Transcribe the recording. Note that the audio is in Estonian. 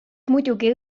muidugi